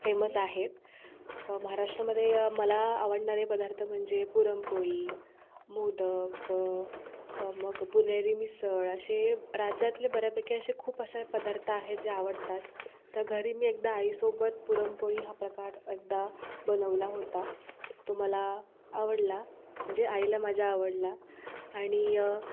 famous आहेत महाराष्ट्रामध्ये मला आवडणारे पदार्थ म्हणजे पुरणपोळी मोदक मग पुणेरी मिसळ असे राज्यातले बऱ्यापैकी असे खूप असे पदार्थ आहे जे आवडतात तर घरी मी एकदा आईसोबत पुरणपोळी हा प्रकार एकदा बनवला होता तो मला आवडला म्हणजे आईला माझ्या आवडला आणि